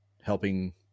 helping